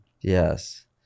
yes